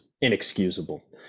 inexcusable